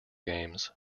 games